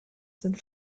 sind